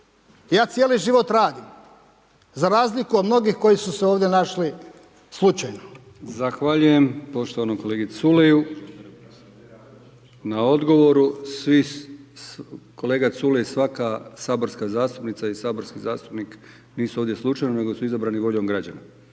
Ja cijeli život radim. Za razliku od mnogih koji su se ovdje našli slučajno. **Brkić, Milijan (HDZ)** Zahvaljujem poštovanom kolegi Culeju na odgovoru. Kolega Culej svaka saborska zastupnica i saborski zastupnik nisu ovdje slučajno nego su izabrani voljom građana.